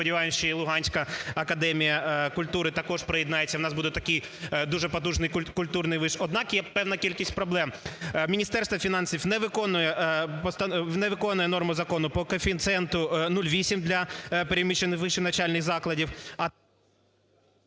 сподіваємось, що і Луганська академія культури також приєднається, в нас буде такий дуже потужний культурний виш. Однак, є певна кількість проблем. Міністерство фінансів не виконує норму закону по коефіцієнту 0,8 для переміщених вищих навчальних закладів,